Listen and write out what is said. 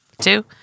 Two